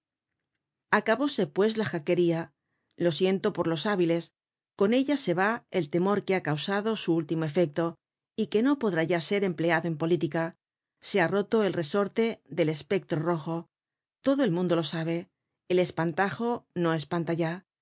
corona acabóse pues la jacqueria lo siento por los hábiles con ella se va el temor que ha causado su último efecto y que no podrá ya ser empleado en política se ha roto el resorte del espectro rojo todo el mundo lo sabe el espantajo no